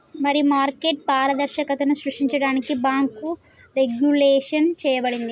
మరి మార్కెట్ పారదర్శకతను సృష్టించడానికి బాంకు రెగ్వులేషన్ చేయబడింది